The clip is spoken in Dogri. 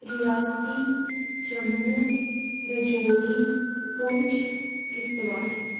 रियासी जम्मू राजौरी पुंछ किश्तवाड़